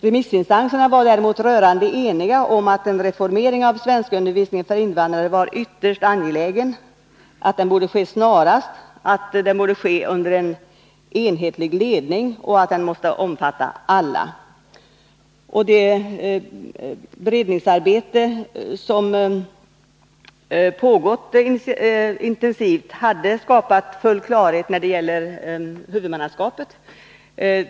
Remissinstanserna var däremot rörande eniga om att en reformering av svenskundervisningen för invandrare var ytterst angelägen, att den borde ske snarast, att den borde ske under en enhetlig ledning och att den måste omfatta alla. Och det beredningsarbete som pågått intensivt hade skapat full klarhet när det gäller huvudmannaskapet.